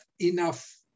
enough